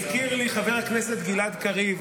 הזכיר לי חבר הכנסת גלעד קריב